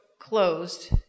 closed